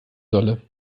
solle